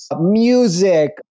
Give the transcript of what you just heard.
music